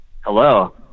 Hello